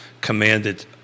commanded